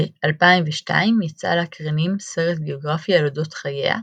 ב-2002 יצא לאקרנים סרט ביוגרפי על אודות חייה,